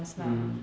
mm